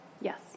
Yes